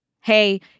hey